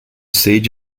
siege